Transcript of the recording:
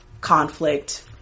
conflict